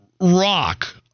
rock